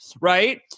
right